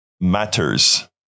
matters